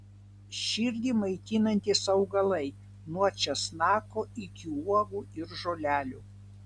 širdį maitinantys augalai nuo česnako iki uogų ir žolelių